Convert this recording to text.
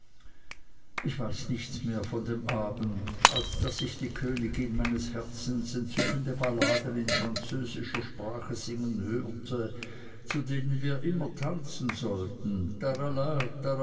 ich weiß weiter nichts mehr von dem abend als daß ich die königin meines herzens entzückende balladen in französischer sprache singen hörte zu denen wir immer tanzen sollten